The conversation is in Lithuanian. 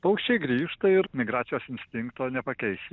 paukščiai grįžta ir migracijos instinkto nepakeisi